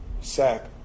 sack